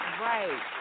Right